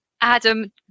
Adam